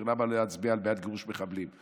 למה הוא לא יצביע בעד גירוש מחבלים.